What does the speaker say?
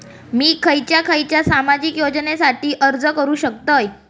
मी खयच्या खयच्या सामाजिक योजनेसाठी अर्ज करू शकतय?